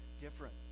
different